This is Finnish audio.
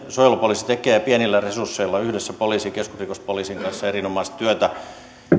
suojelupoliisi tekee pienillä resursseillaan yhdessä poliisin ja keskusrikospoliisin kanssa erinomaista työtä